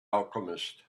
alchemist